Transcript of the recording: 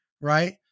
right